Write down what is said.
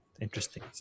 Interesting